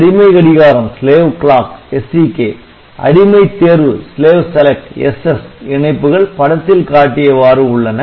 அடிமை கடிகாரம் அடிமை தேர்வு இணைப்புகள் படத்தில் காட்டியவாறு உள்ளன